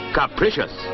capricious